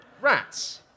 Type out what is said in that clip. Rats